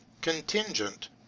contingent